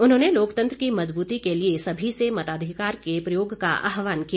उन्होंने लोकतंत्र की मजबूती के लिए सभी से मताधिकार के प्रयोग का आह्वान किया